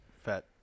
fat